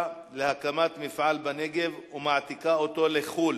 להקים מפעל בנגב ומעתיקה אותו לחו"ל,